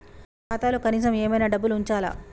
నా ఖాతాలో కనీసం ఏమన్నా డబ్బులు ఉంచాలా?